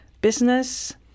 business